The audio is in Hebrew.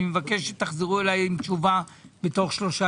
אני מבקש שתחזרו אליי עם תשובה בתוך שלושה